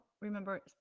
remember